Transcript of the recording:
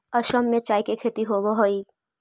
असम में चाय के खेती होवऽ हइ